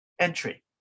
entry